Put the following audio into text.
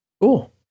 Cool